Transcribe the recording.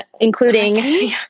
including